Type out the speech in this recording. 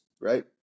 right